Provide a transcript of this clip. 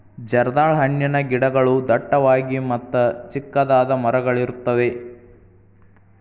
ಜರ್ದಾಳ ಹಣ್ಣಿನ ಗಿಡಗಳು ಡಟ್ಟವಾಗಿ ಮತ್ತ ಚಿಕ್ಕದಾದ ಮರಗಳಿರುತ್ತವೆ